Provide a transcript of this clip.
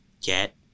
get